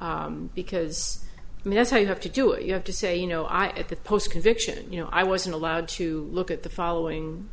them because i mean that's how you have to do it you have to say you know i at the post conviction you know i wasn't allowed to look at the following